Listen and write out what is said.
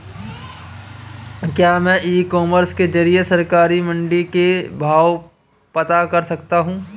क्या मैं e commerce के ज़रिए सरकारी मंडी के भाव पता कर सकता हूँ?